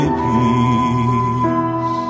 peace